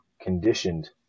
conditioned